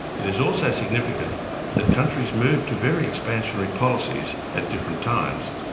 it is also significant that countries moved to very expansionary policies at different times.